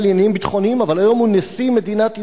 לעניינים ביטחוניים אבל היום הוא נשיא מדינת ישראל?